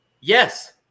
Yes